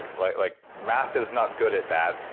like like math is not good at that.